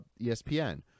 ESPN